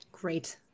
Great